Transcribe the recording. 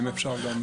אם אפשר גם.